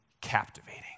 captivating